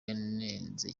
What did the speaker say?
yanenze